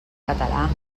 català